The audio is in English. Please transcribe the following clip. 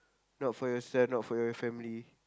not for yourself not for your family